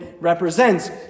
represents